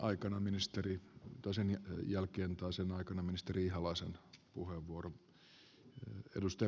otetaan debatti ja sen jälkeen tai sen aikana ministeri ihalaisen puheenvuoro